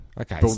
Okay